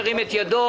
ירים את ידו.